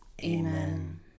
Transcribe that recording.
Amen